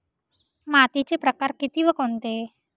मातीचे प्रकार किती व कोणते?